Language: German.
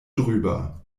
drüber